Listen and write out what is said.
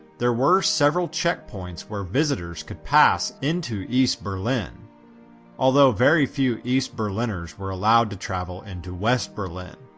there were several checkpoints where visitors could pass into east berlin although, very few east berliners were allowed to travel into west berlin.